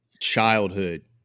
childhood